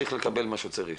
צריך לקבל מה שהוא צריך